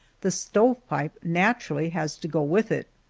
the stovepipe naturally has to go with it.